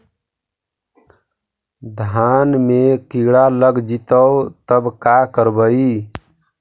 धान मे किड़ा लग जितै तब का करबइ?